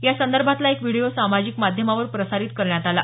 यासंदर्भातला एक व्हिडिओ सामाजिक माध्यमावर प्रसारित करण्यात आला